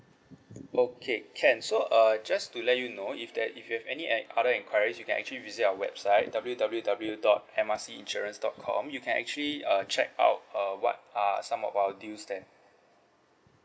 okay can so uh just to let you know if that if you have any at other enquiries you can actually visit our website W_W_W dot M R C insurance dot com you can actually uh check out uh what are some of our deals there